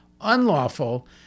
unlawful